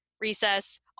recess